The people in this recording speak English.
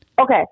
okay